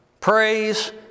praise